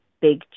big